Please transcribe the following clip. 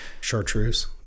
Chartreuse